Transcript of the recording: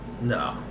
No